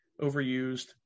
overused